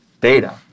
data